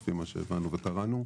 לפי מה שהבנו וקראנו.